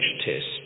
test